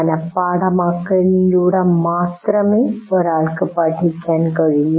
മനഃപാഠമാക്കലിലൂടെ മാത്രമേ ഒരാൾക്ക് പഠിക്കാൻ കഴിയൂ